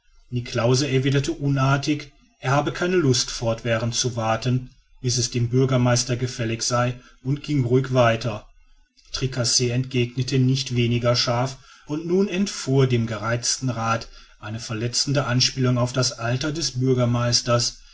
niklausse erwiderte unartig er habe keine lust fortwährend zu warten bis es dem herrn bürgermeister gefällig sei und ging ruhig weiter tricasse entgegnete nicht weniger scharf und nun entfuhr dem gereizten rath eine verletzende anspielung auf das alter des bürgermeisters